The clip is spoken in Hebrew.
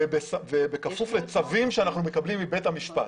ובכפוף לצווים שאנחנו מקבלים מבית המשפט.